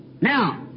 Now